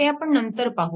ते आपण नंतर पाहू